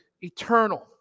eternal